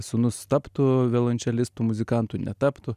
sūnus taptų violončelistu muzikantu netaptų